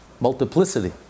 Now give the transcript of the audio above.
Multiplicity